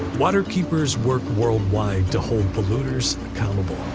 waterkeepers work worldwide to hold polluters accountable.